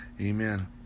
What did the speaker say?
Amen